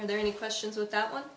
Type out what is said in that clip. are there any questions with that one